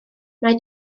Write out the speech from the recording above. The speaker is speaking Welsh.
mae